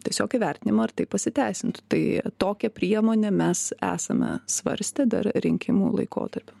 tiesiog įvertinimo ar tai pasiteisintų tai tokią priemonę mes esame svarstę dar rinkimų laikotarpiu